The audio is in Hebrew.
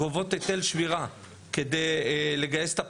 גובות היטל שמירה כדי לגייס את הפקחים.